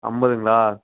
ஐம்பதுங்களா